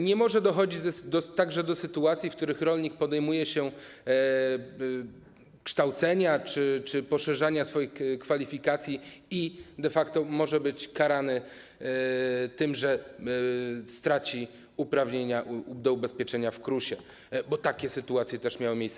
Nie może dochodzić do sytuacji, w których rolnik podejmuje się kształcenia czy poszerzania swoich kwalifikacji i de facto może być karany tym, że straci uprawnienia do ubezpieczenia w KRUS, bo takie sytuacje też miały miejsce.